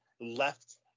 left